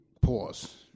pause